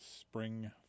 spring